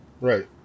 Right